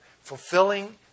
fulfilling